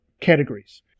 categories